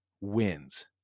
wins